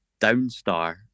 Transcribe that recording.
downstar